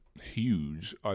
huge